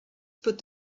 put